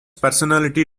personality